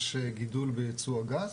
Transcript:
יש גידול ביצוא הגז.